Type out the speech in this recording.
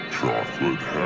Chocolate